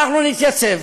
אנחם נתייצב